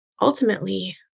ultimately